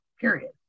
period